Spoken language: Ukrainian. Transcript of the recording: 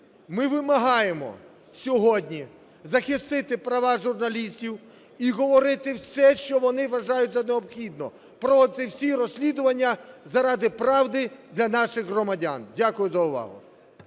Ми вимагаємо сьогодні захистити права журналістів і говорити все, що вони вважають за необхідне, проводити всі розслідування заради правди для наших громадян. Дякую за увагу.